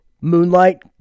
Moonlight